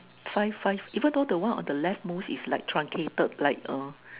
five five even though the one on the leftmost is like truncated like uh